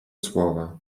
słowa